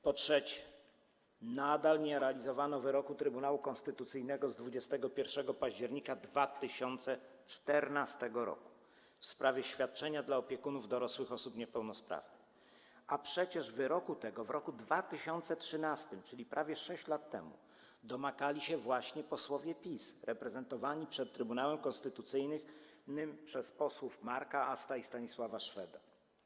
Po trzecie, nadal nie zrealizowano wyroku Trybunału Konstytucyjnego z 21 października 2014 r. w sprawie świadczenia dla opiekunów dorosłych osób niepełnosprawnych, a przecież zrealizowania tego wyroku w roku 2013, czyli prawie 6 lat temu, domagali się właśnie posłowie PiS reprezentowani przed Trybunałem Konstytucyjnym przez posłów Marka Asta i Stanisława Szweda.